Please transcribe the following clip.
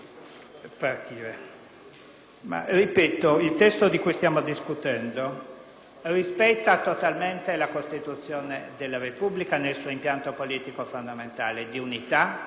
- ripeto - il testo di cui stiamo discutendo rispetta totalmente la Costituzione della Repubblica nel suo impianto politico fondamentale di unità, di solidarietà